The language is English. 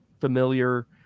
familiar